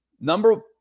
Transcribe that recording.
number